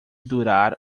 durar